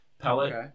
Pellet